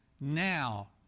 Now